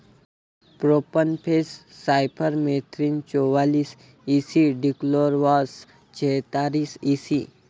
profenofos cypermethrin चौवालीस E C dichlorvos चेहतार EC